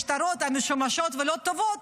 את השטרות המשומשים והלא טובים,